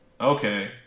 Okay